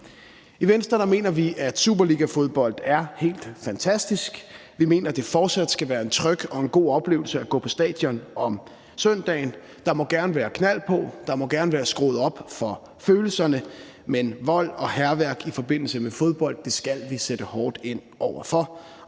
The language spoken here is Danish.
I Venstre mener vi, at superligafodbold er helt fantastisk. Vi mener, at det fortsat skal være en tryg og en god oplevelse at gå på stadion om søndagen. Der må gerne være knald på, og der må gerne være skruet op for følelserne, men vold og hærværk i forbindelse med fodbold skal vi sætte hårdt ind over for.